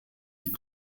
die